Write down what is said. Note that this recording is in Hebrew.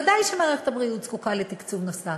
ודאי שמערכת הבריאות זקוקה לתקצוב נוסף.